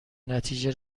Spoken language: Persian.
نتیجه